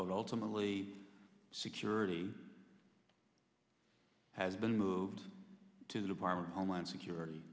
ultimately security has been moved to the department of homeland security